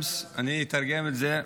אני אתרגם את זה.